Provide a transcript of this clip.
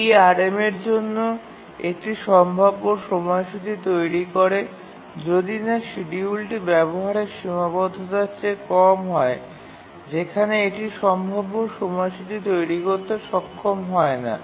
এটি RMA এর জন্য একটি সম্ভাব্য সময়সূচী তৈরি করবে যদি না শিডিউলটি ব্যবহারের সীমাবদ্ধতার চেয়ে কম হয় যেখানে এটি সম্ভাব্য সময়সূচী তৈরি করতে সক্ষম হয় না